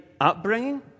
upbringing